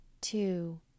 two